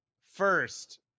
first